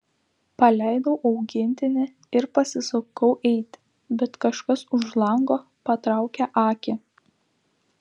paleidau augintinį ir pasisukau eiti bet kažkas už lango patraukė akį